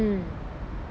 mmhmm